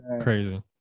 crazy